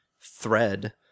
thread